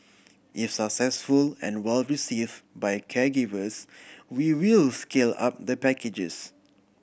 if successful and well received by caregivers we will scale up the packages